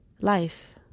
life